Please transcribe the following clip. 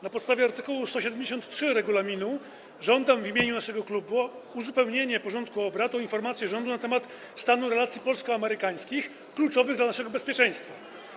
Na podstawie art. 173 regulaminu żądam w imieniu naszego klubu uzupełnienia porządku obrad o informację rządu na temat stanu relacji polsko-amerykańskich, kluczowych dla naszego bezpieczeństwa.